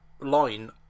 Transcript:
line